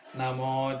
Namo